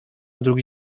drugi